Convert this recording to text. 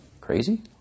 Crazy